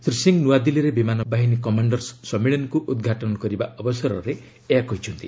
ଶ୍ରୀ ସିଂହ ନୂଆଦିଲ୍ଲୀରେ ବିମାନ ବାହିନୀ କମାଶ୍ରସ୍ ସମ୍ମିଳନୀକୁ ଉଦ୍ଘାଟନ କରିବା ଅବସରରେ ଏହା କହିଛନ୍ତି